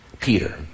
Peter